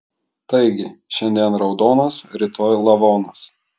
taigi šiandien raudonas rytoj lavonas